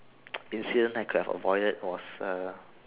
incident that I could have avoided was uh